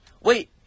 Wait